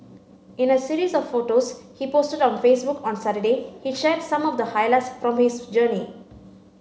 in a series of photos he posted on Facebook on Saturday he shared some of the highlights from his journey